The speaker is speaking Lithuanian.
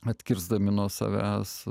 atkirsdami nuo savęs